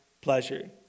pleasure